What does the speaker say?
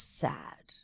sad